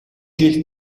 жил